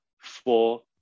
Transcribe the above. Four